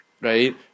right